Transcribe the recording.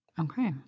Okay